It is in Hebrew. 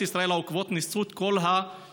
ממשלות ישראל העוקבות ניסו את כל השיטות,